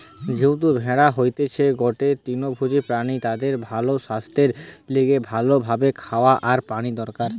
যেহেতু ভেড়া হতিছে গটে তৃণভোজী প্রাণী তাদের ভালো সাস্থের লিগে ভালো ভাবে খাওয়া আর পানি দরকার